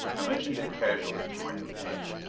i mentioned it casually to my companion.